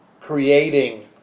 creating